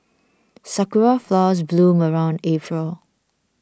sakura flowers bloom around April